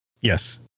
Yes